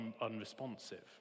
unresponsive